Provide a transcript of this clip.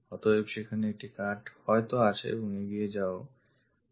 অতএব সেখানে একটি cut হয়ত আছে এবং এগিয়ে যাওয়াও